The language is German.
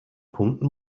punkten